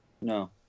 No